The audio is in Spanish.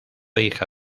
hija